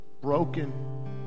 broken